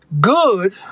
Good